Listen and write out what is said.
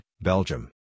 Belgium